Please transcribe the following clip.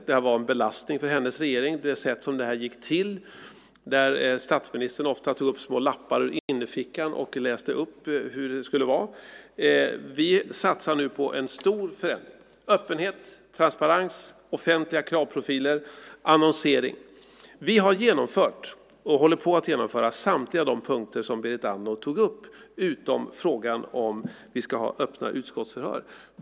Det sätt på vilket det här gick till, där statsministern ofta tog upp små lappar ur innerfickan och läste upp hur det skulle vara, har varit en belastning för hennes regering. Vi satsar nu på en stor förändring - öppenhet, transparens, offentliga kravprofiler och annonsering. Vi har genomfört, och håller på att genomföra, samtliga punkter som Berit Andnor tog upp, utom frågan om vi ska ha öppna utskottsförhör.